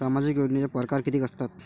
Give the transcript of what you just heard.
सामाजिक योजनेचे परकार कितीक असतात?